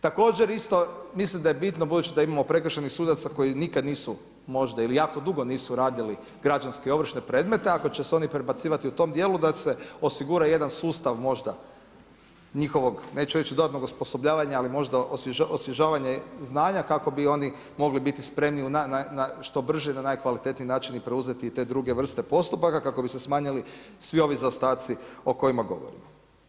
Također isto mislim da je bitno budući da imamo prekršajnih sudaca koji nikada nisu možda ili jako dugo nisu radili građanske i ovršne predmete ako će se oni prebacivati u tom dijelu da se osigura jedan sustav možda njihovog neću reći dodatnog osposobljavanja ali možda osvježavanja znanja kako bi oni mogli biti spremni na što brži na najkvalitetniji način i preuzeti te druge vrste postupaka kako bi se smanjili svi ovi zaostaci o kojima govorimo.